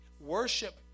Worship